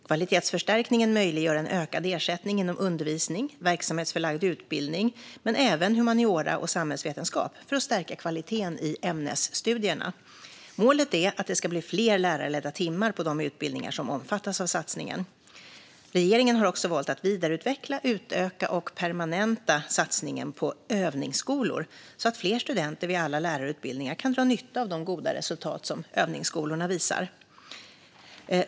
Kvalitetsförstärkningen möjliggör en ökad ersättning inom undervisning och verksamhetsförlagd utbildning men även inom humaniora och samhällsvetenskap för att stärka kvaliteten i ämnesstudierna. Målet är att det ska bli fler lärarledda timmar på de utbildningar som omfattas av satsningen. Regeringen har också valt att vidareutveckla, utöka och permanenta satsningen på övningsskolor så att fler studenter vid alla lärarutbildningar kan dra nytta av de goda resultat som övningsskolorna visar.